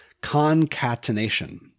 concatenation